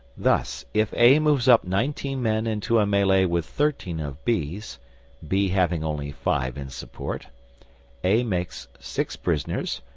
thus if a moves up nineteen men into a melee with thirteen of b's b having only five in support a makes six prisoners,